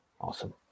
awesome